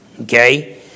Okay